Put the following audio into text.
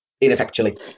ineffectually